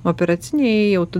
operacinėj jau tu